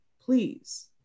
Please